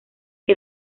que